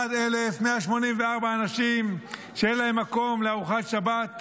61,184 אנשים שאין להם מקום לארוחת שבת,